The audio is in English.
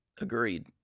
Agreed